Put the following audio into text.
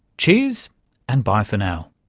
cheers and bye for now